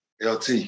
LT